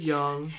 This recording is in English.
Young